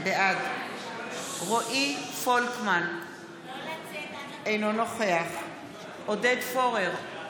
בעד רועי פולקמן, אינו נוכח עודד פורר,